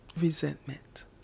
Resentment